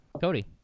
Cody